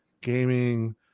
gaming